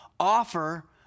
Offer